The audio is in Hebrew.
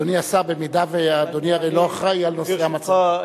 אדוני השר, אדוני הרי לא אחראי לנושא המעצרים.